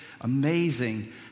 amazing